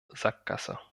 sackgasse